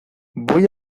voy